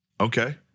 Okay